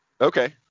Okay